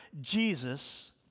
Jesus